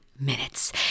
minutes